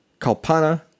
Kalpana